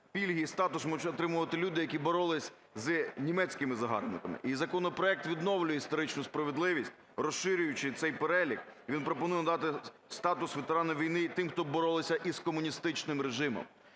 пільги і статус можуть отримувати люди, які боролися з німецькими загарбниками, і законопроект відновлює історичну справедливість, розширюючи цей перелік, і він пропонує надати статус ветерана війни і тим, хто боролися із комуністичним режимом.